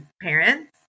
parents